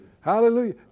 Hallelujah